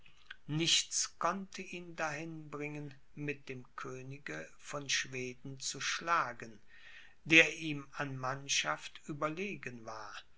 nichts konnte ihn dahin bringen mit dem könige von schweden zu schlagen der ihm an mannschaft überlegen war